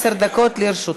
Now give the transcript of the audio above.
היא לא אחרונה?